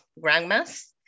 Grandmas